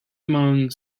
among